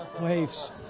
Waves